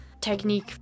technique